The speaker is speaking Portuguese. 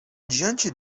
diante